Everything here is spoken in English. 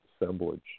assemblage